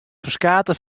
ferskate